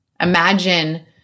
Imagine